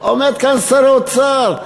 עומד כאן שר האוצר.